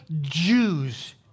Jews